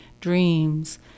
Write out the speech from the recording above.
dreams